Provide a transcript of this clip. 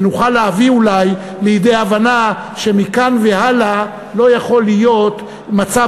ונוכל להביא אולי לידי הבנה שמכאן והלאה לא יכול להיות מצב